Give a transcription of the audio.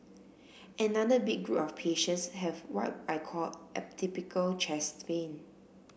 another big group of patients have what I call atypical chest pain